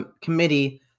Committee